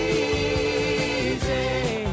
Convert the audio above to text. easy